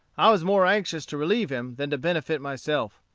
i was more anxious to relieve him than to benefit myself.